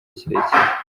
kirekire